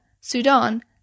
Sudan